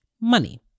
money